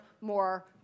more